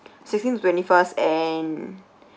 sixteen to twenty first and